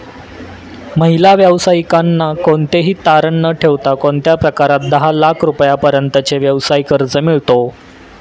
महिला व्यावसायिकांना कोणतेही तारण न ठेवता कोणत्या प्रकारात दहा लाख रुपयांपर्यंतचे व्यवसाय कर्ज मिळतो?